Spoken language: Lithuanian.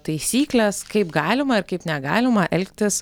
taisyklės kaip galima ir kaip negalima elgtis